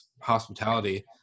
hospitality